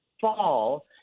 fall